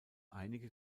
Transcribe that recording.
einige